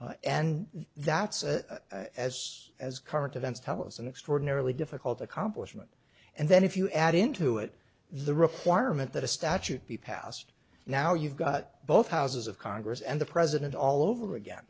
thirds and that's a as as current events tell us an extraordinarily difficult accomplishment and then if you add into it the requirement that a statute be passed now you've got both houses of congress and the president all over again